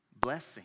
blessing